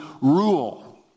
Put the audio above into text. rule